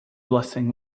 blessing